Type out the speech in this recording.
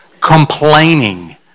complaining